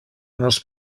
nos